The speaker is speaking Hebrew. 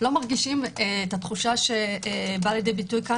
לא מרגישים את התחושה שבאה לידי ביטוי פה,